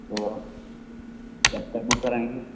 تو آپ کب تک بک کرائیں گے